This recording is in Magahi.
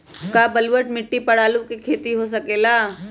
का बलूअट मिट्टी पर आलू के खेती हो सकेला?